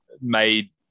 made